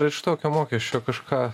ar iš tokio mokesčio kažką